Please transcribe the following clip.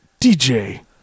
DJ